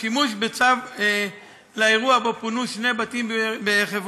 השימוש בצו לאירוע שבו פונו שני בתים בחברון,